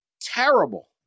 terrible